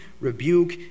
rebuke